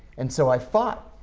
and so i fought.